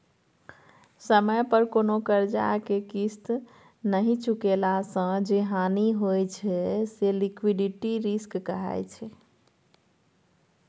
समय पर कोनो करजा केँ किस्त नहि चुकेला सँ जे हानि होइ छै से लिक्विडिटी रिस्क कहाइ छै